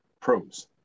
pros